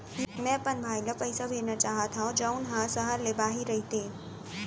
मै अपन भाई ला पइसा भेजना चाहत हव जऊन हा सहर ले बाहिर रहीथे